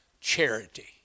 charity